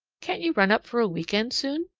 can't you run up for a week end soon?